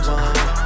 one